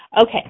Okay